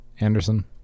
Anderson